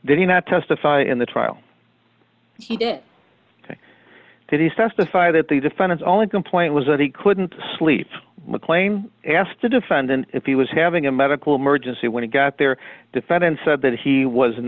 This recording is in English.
did he not testify in the trial he did that is testify that the defendant only complaint was that he couldn't sleep mcclain asked the defendant if he was having a medical emergency when he got there defendant said that he was